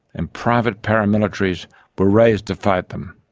and private paramilitaries were raised to fight them.